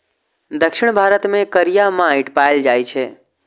दक्षिण भारत मे करिया माटि पाएल जाइ छै